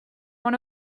one